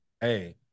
Hey